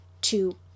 two